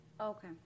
Okay